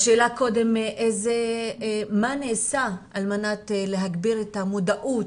השאלה קודם מה נעשה על מנת להגביר את המודעות,